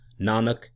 Nanak